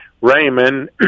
Raymond